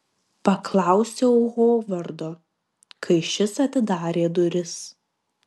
paklausiau hovardo kai šis atidarė duris